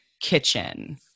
kitchen